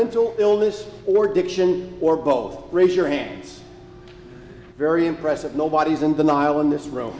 mental illness or diction or both raise your hands very impressive nobody's in denial in this room